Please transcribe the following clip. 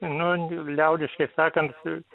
nu liaudiškai sakant